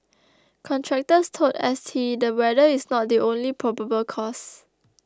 contractors told S T the weather is not the only probable cause